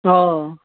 अऽ